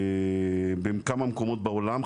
בכמה מקומות בעולם,